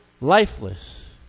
lifeless